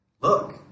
look